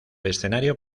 escenario